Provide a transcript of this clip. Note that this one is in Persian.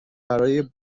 برای